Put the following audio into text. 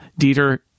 Dieter